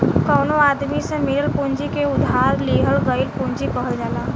कवनो आदमी से मिलल पूंजी के उधार लिहल गईल पूंजी कहल जाला